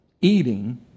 eating